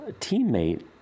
teammate